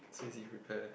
so easy to prepare